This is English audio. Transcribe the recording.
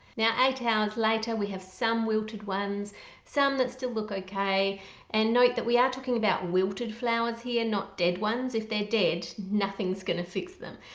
now eight hours later we have some wilted ones some that still look okay and note that we are talking about wilted flowers here not dead ones. if they're dead nothing's gonna fix them.